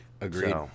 Agreed